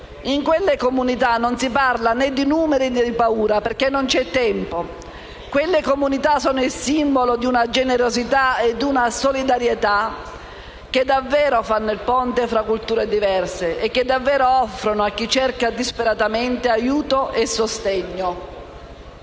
In quelle comunità non si parla né di numeri, né di paura, perché non c'è tempo. Esse sono il simbolo di una generosità e di una solidarietà che davvero fanno da ponte fra culture diverse, offrendo, a chi li cerca disperatamente, aiuto e sostegno.